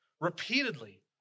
Repeatedly